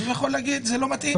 אז הוא יכול להגיד שזה לא מתאים.